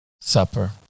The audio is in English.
supper